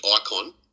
icon